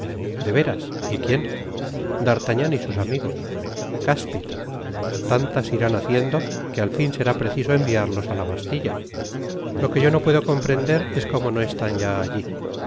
de veras y quién d'artagnan y sus amigos cáspita tantas irán haciendo que al fin será preciso enviarlos á la bastilla lo que yo no puedo comprender es como no están ya allí